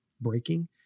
breaking